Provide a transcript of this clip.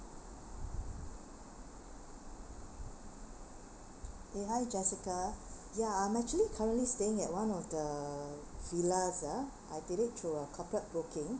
eh hi jessica ya I'm actually coming staying at one of the villas ah I did it through a corporate booking